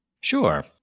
Sure